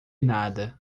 nada